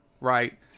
right